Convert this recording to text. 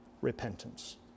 repentance